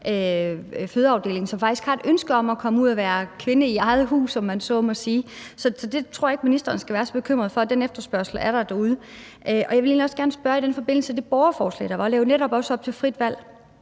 fødeafdeling, som faktisk har et ønske om at komme ud og være kvinde i eget hus, om man så må sige. Så det tror jeg ikke ministeren skal være så bekymret for; den efterspørgsel er der derude. Jeg ville i den forbindelse egentlig også gerne spørge i forhold til borgerforslaget, for det levede netop også op til frit valg.